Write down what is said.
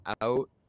out